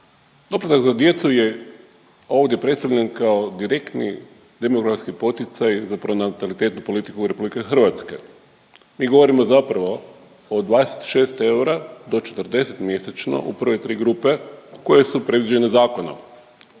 Doplatak za djecu je ovdje predstavljen kao direktni demografski poticaj za pronatalitetnu politiku RH. Mi govorimo zapravo od 26 eura do 40 mjesečno u prve tri grupe koje su predviđene zakonom.